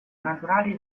naturali